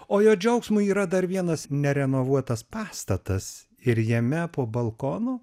o jo džiaugsmui yra dar vienas nerenovuotas pastatas ir jame po balkonu